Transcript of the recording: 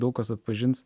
daug kas atpažins